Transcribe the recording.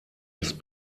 ist